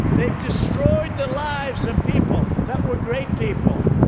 they've destroyed the lives of people that were great people,